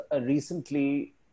recently